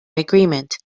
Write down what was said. agreement